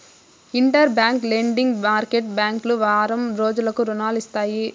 inter bank lending market బ్యాంకులు వారం రోజులకు రుణాలు ఇస్తాయి